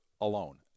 alone